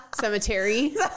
Cemetery